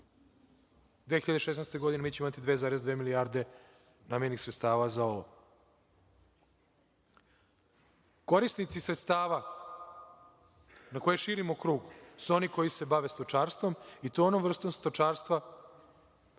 2016. godini, mi ćemo imati 2,2 milijarde namenjenih sredstava za ovo. Korisnici sredstava na koje širimo krug, su oni koji se bave stočarstvom, i to onom vrstom stočarstva